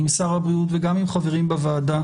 עם שר הבריאות וגם עם חברים בוועדה,